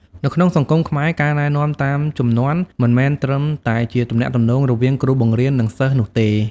នៅក្នុងសង្គមខ្មែរ ការណែនាំតាមជំនាន់មិនមែនត្រឹមតែជាទំនាក់ទំនងរវាងគ្រូបង្រៀន និងសិស្សនោះទេ។